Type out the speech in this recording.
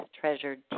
treasured